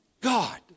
God